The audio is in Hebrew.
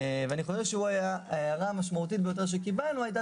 אני חושב שההערה המשמעותית ביותר שקיבלנו הייתה